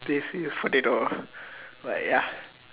they see is potato but ya